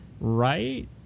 right